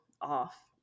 off